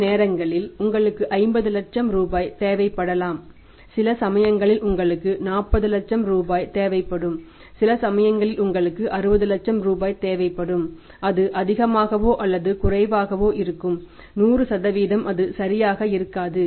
சில நேரங்களில் உங்களுக்கு 50 லட்சம் ரூபாய் தேவைப்படலாம் சில சமயங்களில் உங்களுக்கு 40 லட்சம் ரூபாய் தேவைப்படும் சில சமயங்களில் உங்களுக்கு 60 லட்சம் ரூபாய் தேவைப்படும் அது அதிகமாகவோ அல்லது குறைவாகவோ இருக்கலாம் 100 அது சரியாக இருக்காது